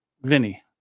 Vinny